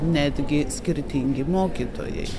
netgi skirtingi mokytojai